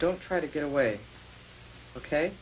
don't try to get away ok